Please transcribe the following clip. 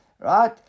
Right